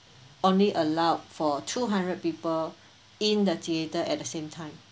only allowed for two hundred people in the theater at the same time